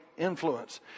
influence